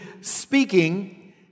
speaking